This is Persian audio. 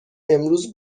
امروز